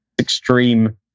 extreme